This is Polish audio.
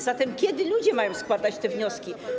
Zatem kiedy ludzie mają składać te wnioski?